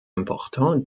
important